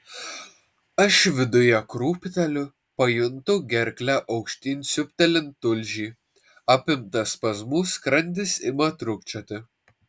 aš viduje krūpteliu pajuntu gerkle aukštyn siūbtelint tulžį apimtas spazmų skrandis ima trūkčioti